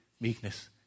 meekness